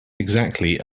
exactly